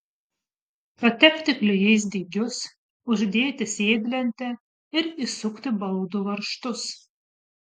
patepti klijais dygius uždėti sėdlentę ir įsukti baldų varžtus